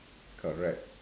correct